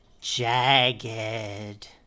jagged